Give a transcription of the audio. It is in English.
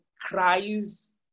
cries